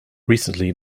recently